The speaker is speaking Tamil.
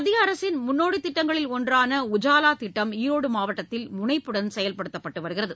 மத்திய அரசின் முன்னோடி திட்டங்களில் ஒன்றான உஜாவா திட்டம் ஈரோடு மாவட்டத்தில் முனைப்புடன் செயல்படுத்தப்பட்டு வருகிறது